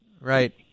Right